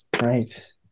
right